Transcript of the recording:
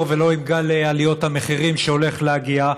ולא עם גל עליות המחירים שהולך להגיע.